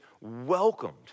welcomed